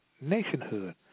nationhood